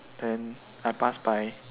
then I pass by